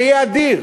זה יהיה אדיר.